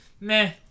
meh